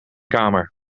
kamer